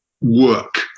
work